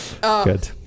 Good